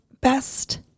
best